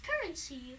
currency